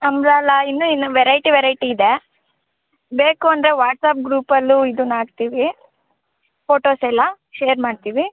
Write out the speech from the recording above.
umbrella ಇನ್ನೂ ಇನ್ನೂ variety variety ಇದೆ ಬೇಕು ಅಂದರೆ ವಾಟ್ಸ್ಆ್ಯಪ್ ಗ್ರೂಪಲ್ಲೂ ಇದನ್ನು ಹಾಕ್ತೀವಿ ಫೋಟೋಸೆಲ್ಲ ಶೇರ್ ಮಾಡ್ತೀವಿ